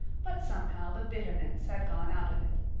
but somehow the bitterness had gone out of it.